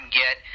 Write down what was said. get